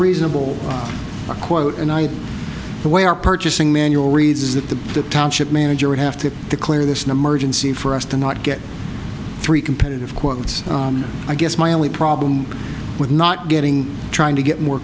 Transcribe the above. reasonable a quote and i the way our purchasing manual reads is that the township manager would have to declare this no merge and see for us to not get three competitive quotes i guess my only problem with not getting trying to get more